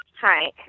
Hi